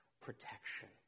protection